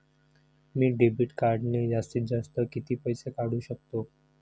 मी debit कार्डने जास्तीत जास्त किती पैसे काढू शकतो?